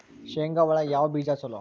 ಶೇಂಗಾ ಒಳಗ ಯಾವ ಬೇಜ ಛಲೋ?